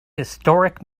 historic